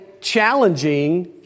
challenging